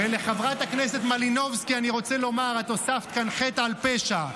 לחברת הכנסת מלינובסקי אני רוצה לומר: את הוספת כאן חטא על פשע.